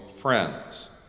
friends